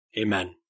Amen